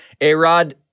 A-Rod